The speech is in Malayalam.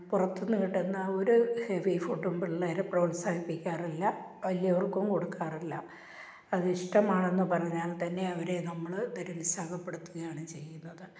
പുറത്തു നിന്നു കിട്ടുന്ന ഒരു ഹെവി ഫുഡ്ഡും പിള്ളേരെ പ്രോത്സാഹിപ്പിക്കാറില്ല വലിയവര്ക്കും കൊടുക്കാറില്ല അതിഷ്ടമാണെന്നു പറഞ്ഞാല് തന്നെ അവരെ നമ്മൾ നിരുത്സാഹപ്പെടുത്തുകയാണ് ചെയ്യുന്നത്